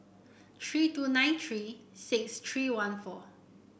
three two nine three six three one four